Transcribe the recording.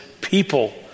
people